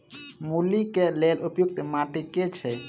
मूली केँ लेल उपयुक्त माटि केँ छैय?